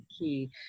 key